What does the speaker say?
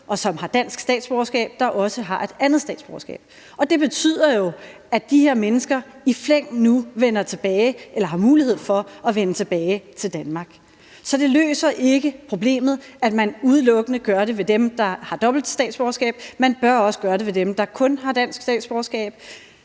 ud og har dansk statsborgerskab, der også har et andet statsborgerskab. Og det betyder jo, at de her mennesker i flæng nu vender tilbage eller har mulighed for at vende tilbage til Danmark. Så det løser ikke problemet, at man udelukkende gør det ved dem, der har dobbelt statsborgerskab; man bør også gøre det ved dem, som kun har dansk statsborgerskab.